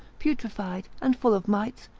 putrefied, and full of mites,